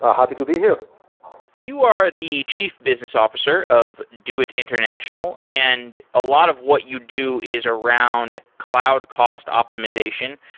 ah happy to be here you are the chief business officer of doit international, and a lot of what you do is around cloud cost optimization.